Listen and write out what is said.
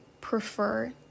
prefer